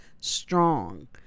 strong